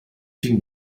film